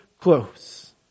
close